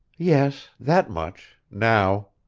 yes that much now.